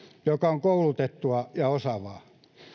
joka on koulutettua ja osaavaa